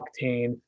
octane